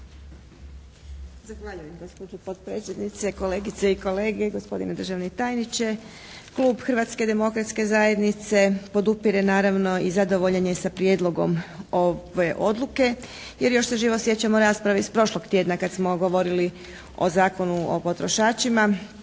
Zahvaljujem gospođo potpredsjednice, kolegice i kolege i gospodine državni tajniče! Klub Hrvatske demokratske zajednice podupire naravno i zadovoljan je sa prijedlogom ove odluke jer još se živo sjećamo rasprave iz prošlog tjedna kad smo govorili o Zakonu o potrošačima,